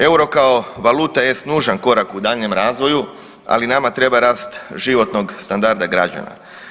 EUR-o kao valuta jest nužan korak u daljnjem razvoju, ali nama treba rast životnog standarda građana.